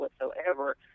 whatsoever